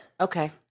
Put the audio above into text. Okay